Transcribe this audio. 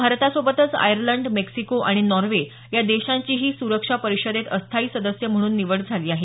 भारतासोबतच Ireland Mexico आणि Norway या देशांचीही सुरक्षा परिषदेत अस्थायी सदस्य म्हणून निवड झाली आहे